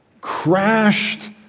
crashed